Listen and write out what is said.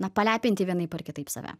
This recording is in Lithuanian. na palepinti vienaip ar kitaip save